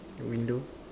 window